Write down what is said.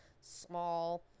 small